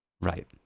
Right